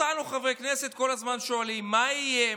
אותנו, חברי הכנסת, כל הזמן שואלים: מה יהיה?